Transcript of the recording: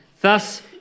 Thus